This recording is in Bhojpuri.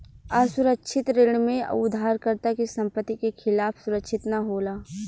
असुरक्षित ऋण में उधारकर्ता के संपत्ति के खिलाफ सुरक्षित ना होला